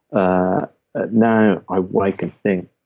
ah ah now i wake and think,